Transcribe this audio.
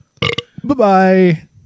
Bye-bye